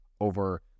over